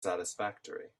satisfactory